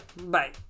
Bye